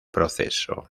proceso